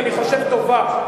אני חושב טובה,